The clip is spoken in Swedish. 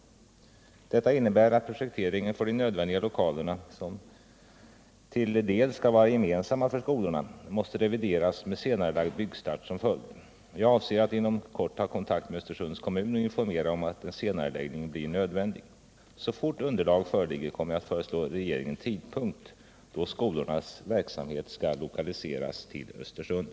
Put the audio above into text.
Detta innebär att projekteringen för de nödvändiga lokalerna, som till dels skall vara gemensamma för skolorna, måste revideras med senarelagd byggstart som följd. Jag avser att inom kort ta kontakt med Östersunds kommun och informera om att en senareläggning blir nödvändig. Så fort underlag föreligger kommer jag att föreslå regeringen tidpunkt, då skolornas verksamhet skall lokaliseras till Östersund.